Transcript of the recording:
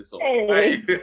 Hey